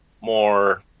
more